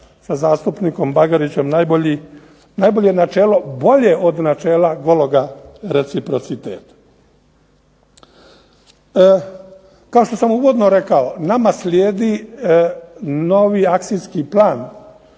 sa zastupnikom Bagarićem najbolje načelo, bolje od načela gologa reciprociteta. Kao što sam uvodno rekao nama slijedi novi akcijski plan